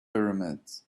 pyramids